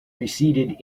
receded